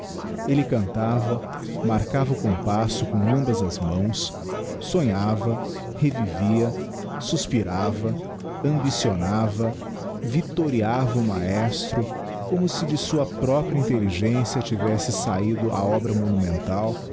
elle cantava marcava o compasso com ambas as mãos sonhava revivia suspirava ambicionava victoriava o maestro como se de sua própria intelligencia tivesse sabido a obra monumental